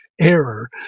error